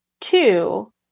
Two